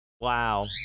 Wow